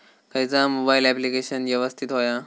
खयचा mobile application यवस्तित होया?